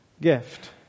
Gift